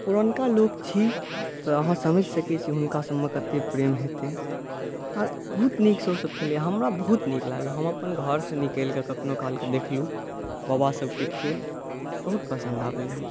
पुरनका लोक छी तऽ आहाँ समझि सकै छी हुनका सबमे कतेक प्रेम हेतै आ बहुत नीकसँ ओ सब खेलै यऽ हमरा बहुत नीक लागैय हम अपन घरसँ निकलि कऽ कखनो काल कऽ देखलू बाबा सबके खेल बहुत पसंद आबैय हमरा